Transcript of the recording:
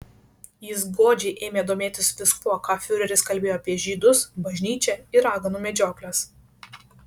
jis godžiai ėmė domėtis viskuo ką fiureris kalbėjo apie žydus bažnyčią ir raganų medžiokles